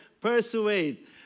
Persuade